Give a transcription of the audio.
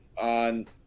on